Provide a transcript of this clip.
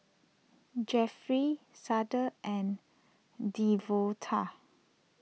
Jefferey Cade and Devonta